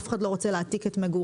אף אחד לא רוצה להעתיק את מגוריו,